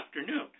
afternoon